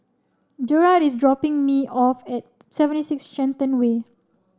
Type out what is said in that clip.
Jerrad is dropping me off at seventy six Shenton Way